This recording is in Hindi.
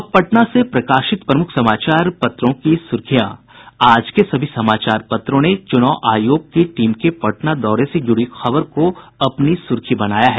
अब पटना से प्रकाशित प्रमुख समाचार पत्रों की सुर्खियां आज के सभी समाचार पत्रों ने चुनाव आयोग की टीम के पटना दौरे से जुड़ी खबर को अपनी सुर्खी बनाया है